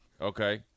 okay